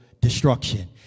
destruction